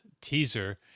teaser